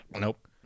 nope